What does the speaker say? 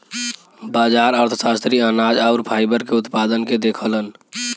बाजार अर्थशास्त्री अनाज आउर फाइबर के उत्पादन के देखलन